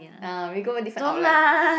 ah we go different outlet